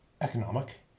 economic